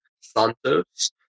Santos